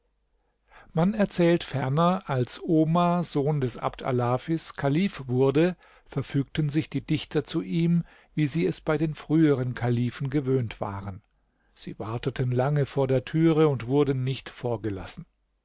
man erzählt ferner als omar sohn des abd alafis kalif wurde verfügten sich die dichter zu ihm wie sie es bei den früheren kalifen gewöhnt waren sie warteten lange vor der türe und wurden nicht vorgelassen